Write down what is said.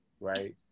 right